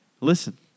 Listen